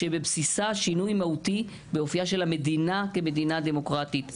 שבבסיסה שינוי מהותי באופייה של המדינה כמדינה דמוקרטית,